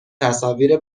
تصاویر